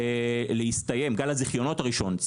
גל הזיכיונות הראשון,